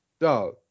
Dog